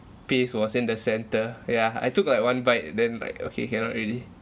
paste was in the centre yeah I took like one bite then like okay cannot already